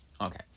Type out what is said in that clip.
Okay